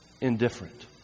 indifferent